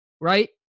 right